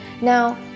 Now